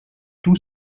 tout